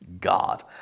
God